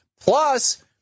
plus